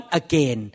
again